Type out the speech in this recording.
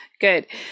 Good